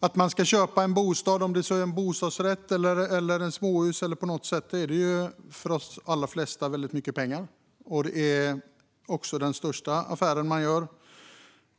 Att köpa en bostad, oavsett om det är en bostadsrätt eller ett småhus, kostar för de flesta väldigt mycket pengar, och det kan vara den största affären man gör.